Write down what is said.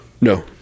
No